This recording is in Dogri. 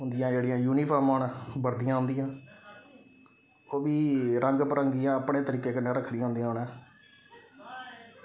उंदियां जेह्ड़ियां यूनिफार्मां न वर्दियां उंदियां ओह् बी रंग बरंगियां अपने तरीकै कन्नै रक्खी दियां होंदियां उ'नें